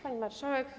Pani Marszałek!